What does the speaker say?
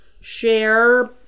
share